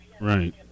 right